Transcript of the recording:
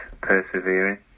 persevering